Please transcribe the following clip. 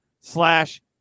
slash